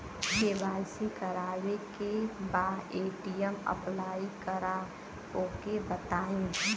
KYC करावे के बा ए.टी.एम अप्लाई करा ओके बताई?